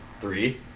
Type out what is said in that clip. three